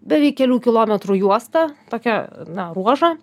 beveik kelių kilometrų juosta tokia na ruožą